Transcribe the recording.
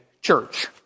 church